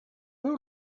who